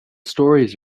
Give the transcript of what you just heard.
stories